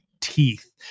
teeth